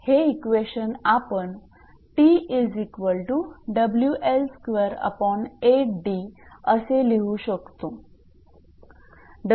हे इक्वेशन आपण असे लिहू शकतो